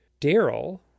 Daryl